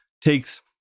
takes